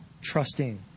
trusting